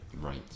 Right